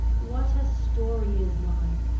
what a story is mine!